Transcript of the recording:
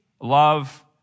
love